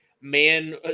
Man